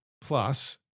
Plus